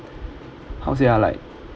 how to say ah like